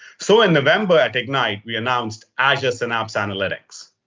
so in november at ignite, we announced azure synapse analytics.